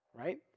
Right